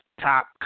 top